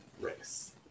race